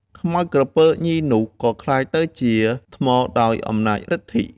ខ្មោចក្រពើញីនោះឯង ក៏ក្លាយទៅជាថ្មដោយអំណាចឫទ្ធិ ។